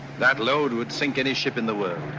that load would sink any ship in the world.